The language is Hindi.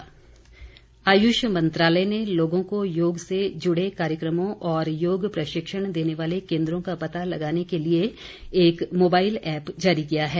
आयुष आयुष मंत्रालय ने लोगों को योग से जुड़े कार्यक्रमों और योग प्रशिक्षण देने वाले केंद्रों का पता लगाने के लिए एक मोबाइल ऐप जारी किया है